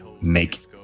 make